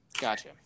Gotcha